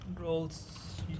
Rolls